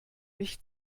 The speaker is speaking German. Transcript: mich